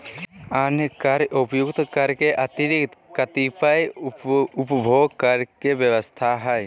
अन्य कर उपर्युक्त कर के अतिरिक्त कतिपय उपभोग कर के व्यवस्था ह